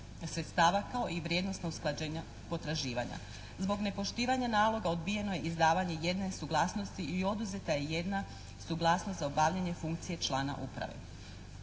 sredstava kao i vrijednosna usklađenja potraživanja. Zbog nepoštivanja naloga odbijeno je izdavanje jedne suglasnosti i oduzeta je jedna suglasnost za obavljanje funkcije člana uprave.